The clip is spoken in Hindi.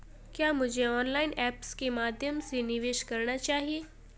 क्या मुझे ऑनलाइन ऐप्स के माध्यम से निवेश करना चाहिए?